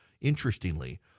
interestingly